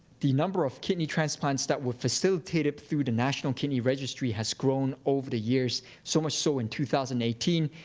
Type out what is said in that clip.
the number of kidney transplants that were facilitated through the national kidney registry has grown over the years. so much so, in two thousand and eighteen,